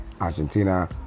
Argentina